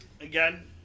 Again